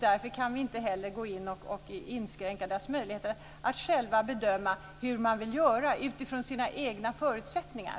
Därför kan vi inte inskränka deras möjligheter att själva bedöma hur de vill göra utifrån deras egna förutsättningar.